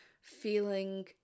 feeling